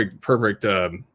perfect